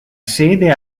sede